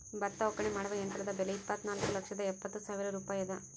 ಭತ್ತ ಒಕ್ಕಣೆ ಮಾಡುವ ಯಂತ್ರದ ಬೆಲೆ ಇಪ್ಪತ್ತುನಾಲ್ಕು ಲಕ್ಷದ ಎಪ್ಪತ್ತು ಸಾವಿರ ರೂಪಾಯಿ ಅದ